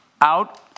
out